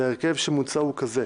וההרכב שמוצע הוא כזה: